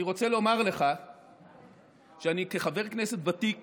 אני רוצה לומר לך שכחבר כנסת ותיק